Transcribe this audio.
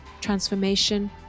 transformation